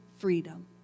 Freedom